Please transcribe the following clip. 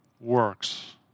works